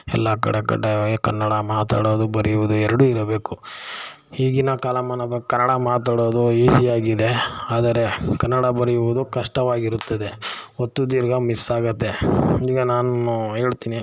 ಎಲ್ಲ ಕಡೆ ಕಡ್ಡಾಯವಾಗಿ ಕನ್ನಡ ಮಾತಾಡೋದು ಬರೆಯುವುದು ಎರಡು ಇರಬೇಕು ಈಗಿನ ಕಾಲಮಾನ ಕನ್ನಡ ಮಾತಾಡೋದು ಈಸಿಯಾಗಿದೆ ಆದರೆ ಕನ್ನಡ ಬರೆಯುವುದು ಕಷ್ಟವಾಗಿರುತ್ತದೆ ಹೊತ್ತು ದೀರ್ಘ ಮಿಸ್ ಆಗುತ್ತೆ ಈಗ ನಾನು ಹೇಳ್ತೀನಿ